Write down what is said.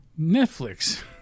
Netflix